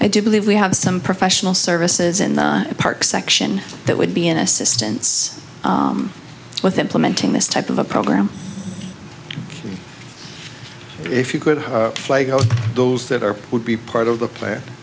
i do believe we have some professional services in the park section that would be in assistance with implementing this type of a program if you could fly go those that are would be part of the pla